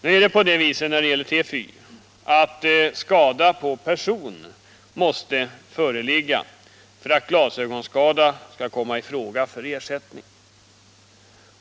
När det gäller TFY måste emellertid skada på person föreligga för att ersättning för glasögonskada skall komma i fråga.